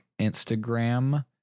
Instagram